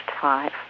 five